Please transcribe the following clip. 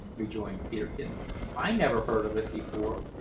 rejoined peterkin i never heard of it before.